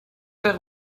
wäre